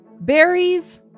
berries